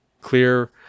clear